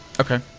okay